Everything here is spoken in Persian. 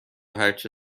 هرچه